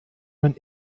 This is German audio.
man